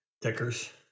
tickers